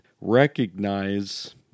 recognize